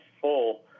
full